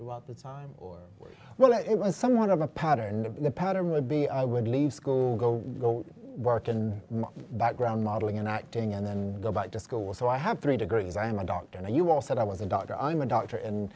throughout the time or well it was somewhat of a pattern in the pattern would be i would leave school go go work in my background modeling and acting and then go back to school so i have three degrees i am a doctor and you all said i was a doctor i'm a doctor